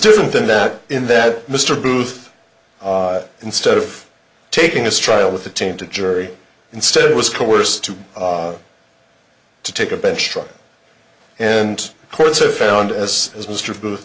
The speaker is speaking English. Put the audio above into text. different than that in that mr booth instead of taking this trial with a team to jury instead was coerced to to take a bench trial and courts have found as as mr booth